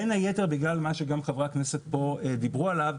בין היתר בגלל מה שגם חברי הכנסת כאן דיברו עליו,